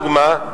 לדוגמה,